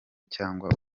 cyangwa